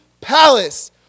palace